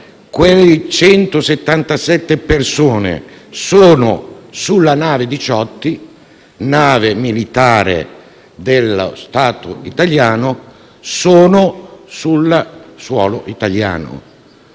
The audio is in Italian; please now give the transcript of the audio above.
quelle 177 persone sono sulla nave Diciotti (nave militare dello Stato italiano), sono sul suolo italiano.